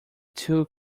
too